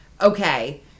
Okay